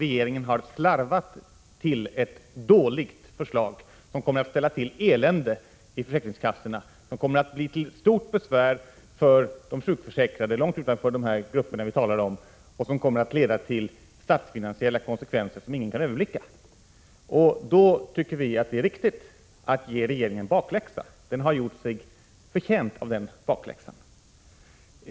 Regeringen har slarvat till ett dåligt förslag, som kommer att ställa till elände på försäkringskassorna och bli till stort besvär för de sjukförsäkrade långt utanför de grupper vi talade om. Det kommer att leda till statsfinansiella konsekvenser som ingen kan överblicka. Då tycker vi att det är riktigt att ge regeringen bakläxa. Den har gjort sig förtjänt av den bakläxan.